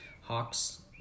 Hawks